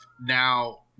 Now